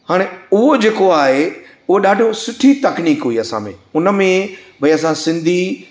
हाणे उहो जेको आहे उहो ॾाढो सुठी तकनीक हुई असां में हुन में भई असां सिंधी